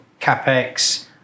CapEx